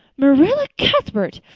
marilla cuthbert,